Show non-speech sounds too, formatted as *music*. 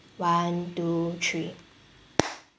one two three *noise*